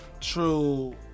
true